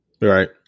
right